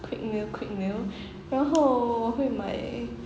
quick meal quick meal 然后我会买